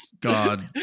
God